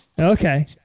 Okay